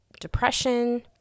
depression